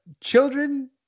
children